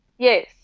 Yes